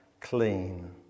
clean